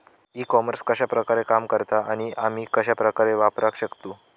E commerce कश्या प्रकारे काम करता आणि आमी कश्या प्रकारे वापराक शकतू?